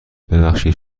ببخشید